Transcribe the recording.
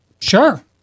sure